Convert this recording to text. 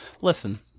Listen